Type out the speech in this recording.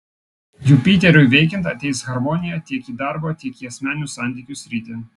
jupiteriui veikiant ateis harmonija tiek į darbo tiek į asmeninių santykių sritį